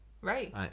Right